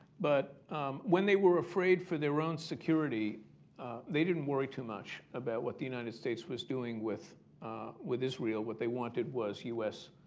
but when they were afraid for their own security they didn't worry too much about what the united states was doing with with israel. what they wanted was u s.